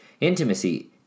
intimacy